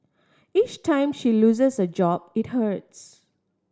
each time she loses a job it hurts